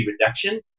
reduction